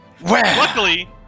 luckily